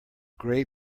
gray